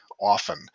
often